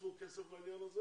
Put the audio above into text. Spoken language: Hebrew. אספו כסף לעניין הזה